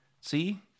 see